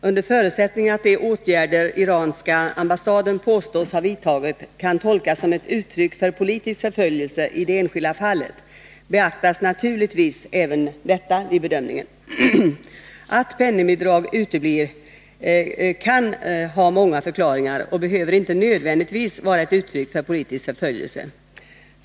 Under förutsättning att de åtgärder iranska ambassaden påstås ha vidtagit kan tolkas som ett uttryck för politisk förföljelse i det enskilda fallet, beaktas naturligtvis även detta vid bedömningen. Att penningbidrag uteblir kan ha 5 många förklaringar och behöver inte nödvändigtvis vara ett uttryck för politisk förföljelse.